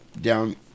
down